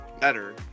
better